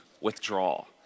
withdrawal